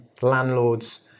landlords